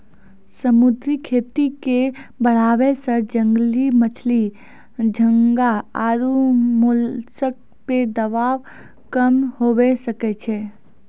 समुद्री खेती के बढ़ाबै से जंगली मछली, झींगा आरु मोलस्क पे दबाब कम हुये सकै छै